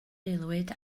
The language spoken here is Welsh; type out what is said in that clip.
aelwyd